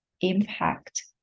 impact